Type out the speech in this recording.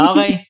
Okay